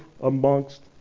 amongst